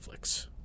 Netflix